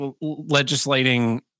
legislating